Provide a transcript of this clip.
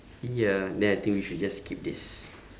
ya then I think we should just skip this